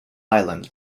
island